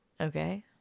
Okay